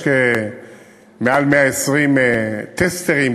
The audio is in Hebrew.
יש מעל 120 טסטרים,